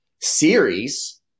series